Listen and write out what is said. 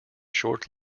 short